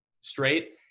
straight